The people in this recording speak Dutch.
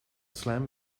slam